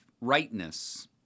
rightness